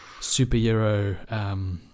superhero